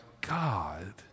God